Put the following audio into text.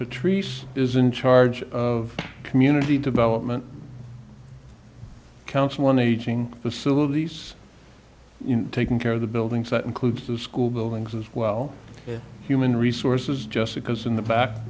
patrice is in charge of community development council on aging facilities taking care of the buildings that includes the school buildings as well human resources just because in the back